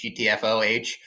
GTFOH